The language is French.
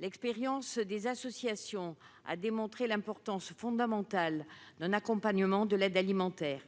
L'expérience des associations a démontré l'importance fondamentale d'un accompagnement de l'aide alimentaire.